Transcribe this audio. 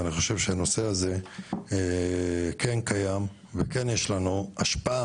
אני חושב שהנושא הזה כן קיים וכן יש לנו השפעה